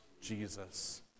Jesus